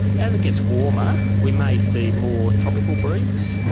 as it gets warmer we may see more tropical breeds,